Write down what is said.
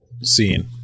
scene